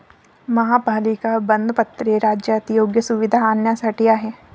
महापालिका बंधपत्रे राज्यात योग्य सुविधा आणण्यासाठी आहेत